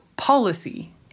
Policy